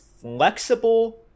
flexible